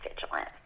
vigilant